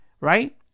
right